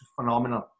phenomenal